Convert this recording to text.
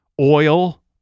oil